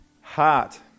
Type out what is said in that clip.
heart